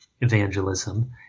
evangelism